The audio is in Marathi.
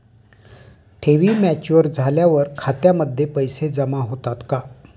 ठेवी मॅच्युअर झाल्यावर खात्यामध्ये पैसे जमा होतात का?